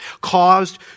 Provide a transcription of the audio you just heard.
caused